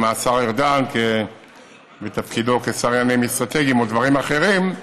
עם השר ארדן בתפקידו כשר לעניינים אסטרטגיים או דברים אחרים,